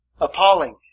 appalling